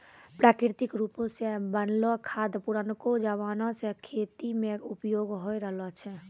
प्राकृतिक रुपो से बनलो खाद पुरानाके जमाना से खेती मे उपयोग होय रहलो छै